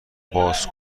باز